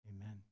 Amen